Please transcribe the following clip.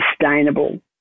sustainable